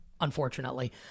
unfortunately